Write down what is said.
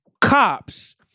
cops